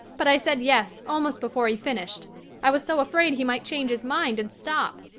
but i said yes almost before he finished i was so afraid he might change his mind and stop.